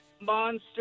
Monster